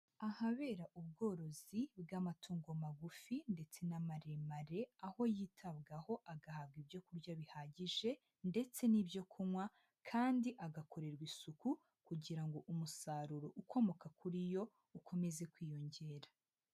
Ahabera ubworozi bw'amatungo magufi ndetse n'amaremare, aho yitabwaho agahabwa ibyo kurya bihagije ndetse n'ibyo kunywa kandi agakorerwa isuku kugira ngo umusaruro ukomoka kuri yo ukomeze kwiyongera.